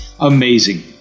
Amazing